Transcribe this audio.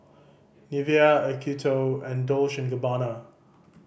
Nivea Acuto and Dolce and Gabbana